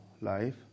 life